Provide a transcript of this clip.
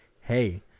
Hey